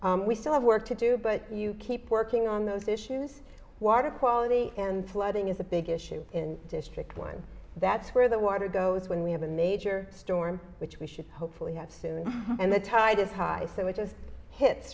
major we still have work to do but you keep working on those issues water quality and flooding is a big issue in district one that's where the water goes when we have a major storm which we should hopefully have soon and the tide is high so it just hits